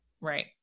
Right